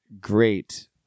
great